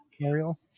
ariel